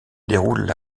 déroule